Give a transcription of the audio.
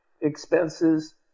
expenses